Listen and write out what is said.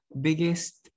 biggest